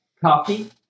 coffee